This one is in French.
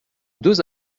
deux